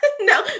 No